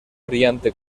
brillante